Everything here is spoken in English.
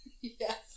Yes